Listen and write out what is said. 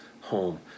home